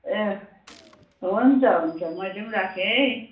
ए हुन्छ हुन्छ मैले पनि राखेँ है